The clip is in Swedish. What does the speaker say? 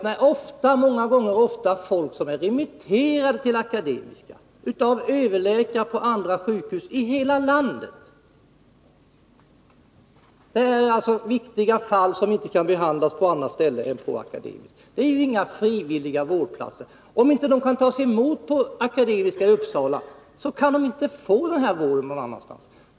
Dessa utomlänspatienter är ofta remitterade till Akademiska sjukhuset av överläkare på andra sjukhus i landet. Det är viktiga fall som inte kan behandlas på något annat ställe än på Akademiska sjukhuset. Om de inte kan tas emot där kan de inte någon annanstans få den vård de behöver.